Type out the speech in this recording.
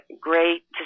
Great